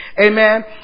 Amen